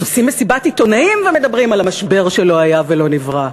אז עושים מסיבת עיתונאים ומדברים על המשבר שלא היה ולא נברא,